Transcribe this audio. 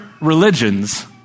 religions